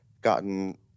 gotten